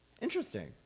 interesting